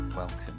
Welcome